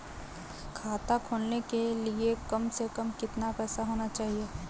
खाता खोलने के लिए कम से कम कितना पैसा होना चाहिए?